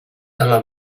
ela